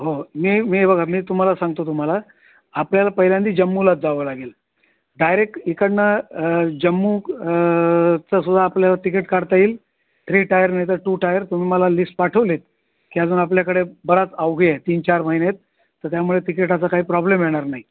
हो मी मी बघा मी तुम्हाला सांगतो तुम्हाला आपल्याला पहिल्यांदा जम्मूलाच जावं लागेल डायरेक्ट इकडून जम्मू चा सुद्धा आपल्याला तिकीट काढता येईल थ्री टायर नाहीतर टू टायर तुम्ही मला लिस्ट पाठवले आहेत की अजून आपल्याकडे बराच अवधी आहे तीन चार महिने आहेत तर त्यामुळे तिकीटाचा काही प्रॉब्लेम येणार नाही